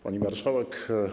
Pani Marszałek!